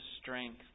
strength